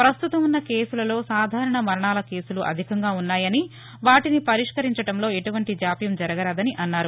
పస్తుతం ఉన్న కేసులలో సాధారణ మరణాల కేసులు అధికంగా ఉన్నాయని వాటిని పరిష్కరించడంలో ఎటువంటి జాప్యం జరగరాదని అన్నారు